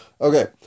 Okay